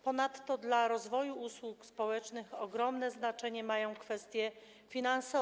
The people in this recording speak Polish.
Ponadto dla rozwoju usług społecznych ogromne znaczenie mają kwestie finansowe.